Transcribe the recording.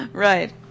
Right